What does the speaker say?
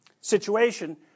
situation